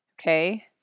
okay